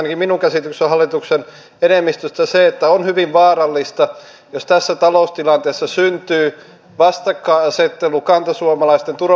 ainakin minun käsitykseni mukaan hallituksen enemmistöstä se on hyvin vaarallista jos tässä taloustilanteessa syntyy vastakkainasettelu kantasuomalaisten ja turvapaikanhakijoiden suhteen